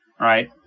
Right